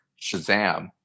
Shazam